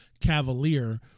Cavalier